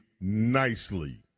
nicely